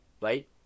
right